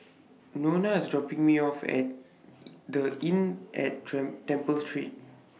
Nona IS dropping Me off At The Inn At Temple Street